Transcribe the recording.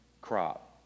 crop